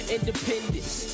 Independence